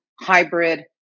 hybrid